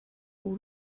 all